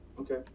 okay